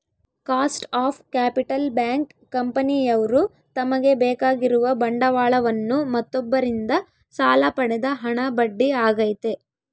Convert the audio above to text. cost of capital bank, ಕಂಪನಿಯವ್ರು ತಮಗೆ ಬೇಕಾಗಿರುವ ಬಂಡವಾಳವನ್ನು ಮತ್ತೊಬ್ಬರಿಂದ ಸಾಲ ಪಡೆದ ಹಣ ಬಡ್ಡಿ ಆಗೈತೆ